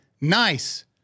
nice